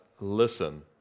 listen